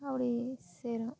அப்படி செய்கிறோம்